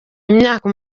imyaka